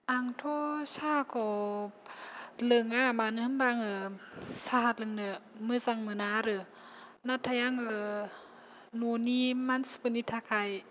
आंथ' साहाखौ लोंङा मानो होनबा आंङो साहा लोंनो मोजां मोना आरो नाथाय आंङो न'नि मानसिफोरनि थाखाय